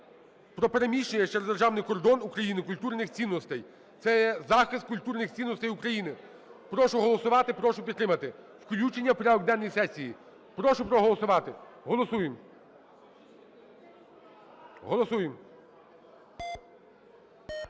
про переміщення через державний кордон України культурних цінностей. Це є захист культурних цінностей України. Прошу голосувати, прошу підтримати включення в порядок денний сесії. Прошу проголосувати. Голосуємо. Голосуємо.